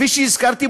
כפי שהזכרתי,